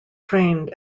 trained